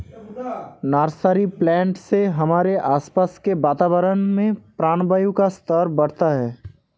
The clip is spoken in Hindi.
नर्सरी प्लांट से हमारे आसपास के वातावरण में प्राणवायु का स्तर बढ़ता है